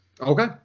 Okay